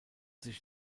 sich